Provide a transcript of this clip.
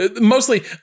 Mostly